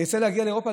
ירצה להגיע לאירופה,